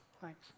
Thanks